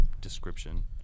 description